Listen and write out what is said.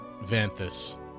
Vanthus